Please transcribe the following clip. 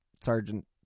Sergeant